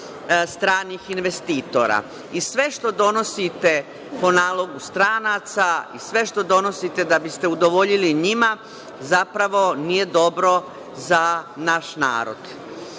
stranih investitora. Sve što donosite po nalogu stranaca i sve što donosite da bi ste udovoljili njima zapravo nije dobro za naš narod. Vi